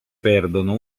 perdono